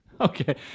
Okay